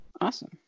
Awesome